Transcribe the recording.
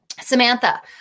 Samantha